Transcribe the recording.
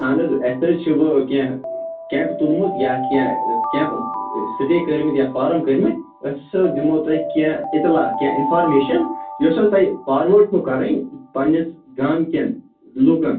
اَہن حظ اَسہِ حظ چھِ وۅنۍ کیٚنٛہہ کیمپ تُلمُت یا کیٚنٛہہ کیمپ سِٹے کٔرۍمٕتۍ یا فارَم کٔرۍمٕتۍ أسۍ ہسا دِمو تۄہہِ کیٚنٛہہ اِطلاع کیٚنٛہہ اِنفارمیشَن یُس حظ تۄہہِ فاروٲرڈ چھُو کَرٕنۍ پنٕنِس گامٕکٮ۪ن لوٗکَن